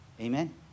Amen